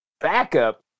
backup